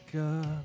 up